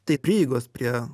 tai prieigos prie